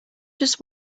just